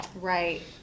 Right